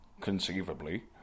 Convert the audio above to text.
conceivably